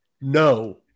No